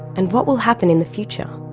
and what will happen in the future?